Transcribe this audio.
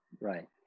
Right